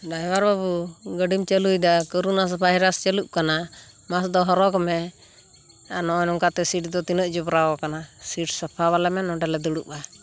driver ᱵᱟᱵᱩ ᱜᱟᱹᱰᱤᱢ ᱪᱟᱞᱩᱭᱮᱫᱟ ᱠᱚᱨᱳᱱᱟ ᱵᱷᱟᱭᱨᱟᱥ ᱪᱟᱞᱩᱜ ᱠᱟᱱᱟ ᱢᱟᱠᱥ ᱫᱚ ᱦᱚᱨᱚᱜᱽ ᱢᱮ ᱟᱨ ᱱᱚᱜᱼᱚᱭ ᱱᱚᱝᱠᱟᱛᱮ ᱥᱤᱴ ᱫᱚ ᱛᱤᱱᱟᱹᱜ ᱡᱚᱵᱨᱟᱣ ᱠᱟᱱᱟ ᱥᱤᱴ ᱥᱟᱯᱷᱟᱣᱟᱞᱮᱢᱮ ᱱᱚᱰᱮ ᱞᱮ ᱫᱩᱲᱩᱵᱼᱟ